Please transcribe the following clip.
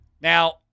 Now